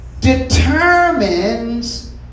determines